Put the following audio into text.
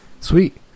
Sweet